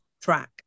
track